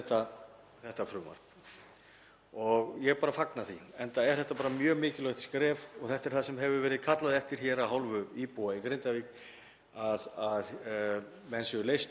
að menn séu leystir úr snörunni. Það er það sem verið er að gera. Ég er hins vegar